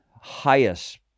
highest